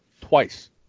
twice